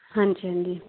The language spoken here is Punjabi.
ਹਾਂਜੀ ਹਾਂਜੀ